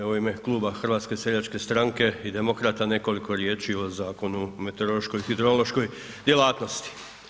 ime Kluba HSS-a i Demokrata nekoliko riječi o Zakonu o meteorološkoj i hidrološkoj djelatnosti.